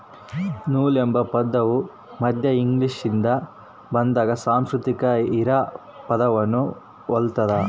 ನೂಲು ಎಂಬ ಪದವು ಮಧ್ಯ ಇಂಗ್ಲಿಷ್ನಿಂದ ಬಂದಾದ ಸಂಸ್ಕೃತ ಹಿರಾ ಪದವನ್ನು ಹೊಲ್ತದ